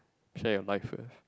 play on my first